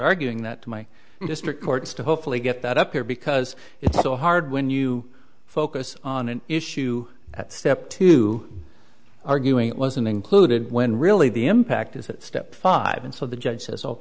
arguing that to my district courts to hopefully get that up there because it's so hard when you focus on an issue at step two arguing it wasn't included when really the impact is at step five and so the judge has all